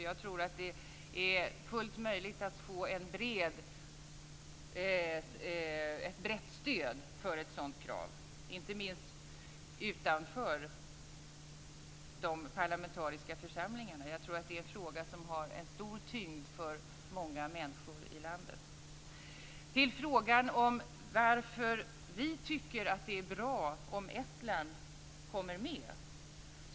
Jag tror att det är fullt möjligt att få ett brett stöd för ett sådant krav, inte minst utanför de parlamentariska församlingarna. Jag tror att det är en fråga som har stor tyngd för många människor i landet. Till frågan om varför vi tycker att det är bra om Estland kommer med.